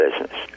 business